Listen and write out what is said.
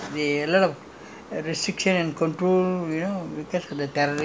more than ten years already but that time was different now they a lot of